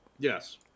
Yes